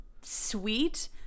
Sweet